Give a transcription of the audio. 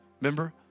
remember